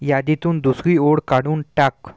यादीतून दुसरी ओळ काढून टाक